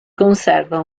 conserva